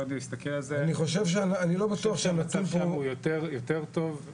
אני חושב שהמצב הוא יותר טוב.